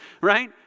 right